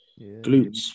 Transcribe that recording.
Glutes